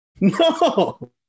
No